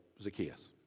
Zacchaeus